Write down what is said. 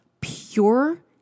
pure